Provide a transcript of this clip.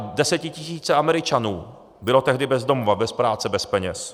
Desetitisíce Američanů byly tehdy bez domova, bez práce, bez peněz.